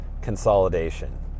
consolidation